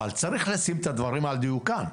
אבל צריך לשים את הדברים על דיוקם.